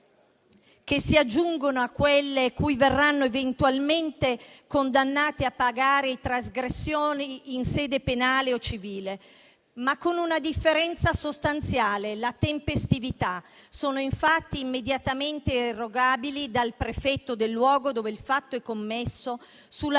che si aggiungono a quelle che verranno eventualmente condannati a pagare i trasgressori in sede penale o civile, ma con una differenza sostanziale: la tempestività. Sono infatti immediatamente erogabili dal prefetto del luogo dove il fatto è commesso sulla